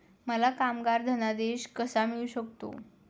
मला कामगार धनादेश कसा मिळू शकतो?